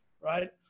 right